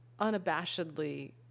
unabashedly